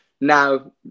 now